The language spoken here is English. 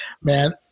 man